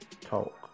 Talk